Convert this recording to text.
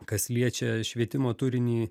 kas liečia švietimo turinį